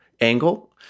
angle